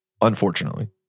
unfortunately